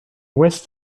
ouest